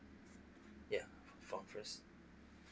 ya form first